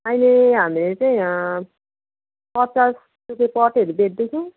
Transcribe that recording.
अहिले हामीले चाहिँ पचास रुपियाँ पटहरू बेच्दैछौँ